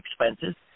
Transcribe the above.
expenses